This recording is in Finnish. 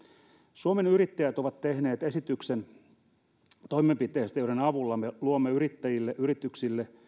suomen yrittäjät on tehnyt esityksen toimenpiteistä joiden avulla me luomme yrittäjille yrityksille